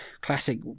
classic